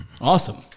Awesome